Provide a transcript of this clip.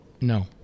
No